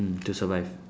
mm to survive